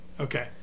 Okay